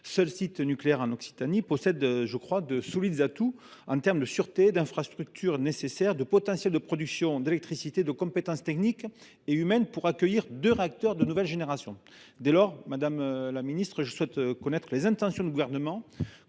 seul site nucléaire en Occitanie, possède, je le crois, de solides atouts en termes de sûreté, d’infrastructures nécessaires, de potentiel de production d’électricité, de compétences techniques et humaines pour accueillir deux réacteurs de nouvelle génération. Dès lors, je souhaite connaître les intentions du Gouvernement